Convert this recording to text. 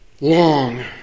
long